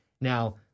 now